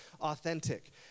authentic